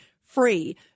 free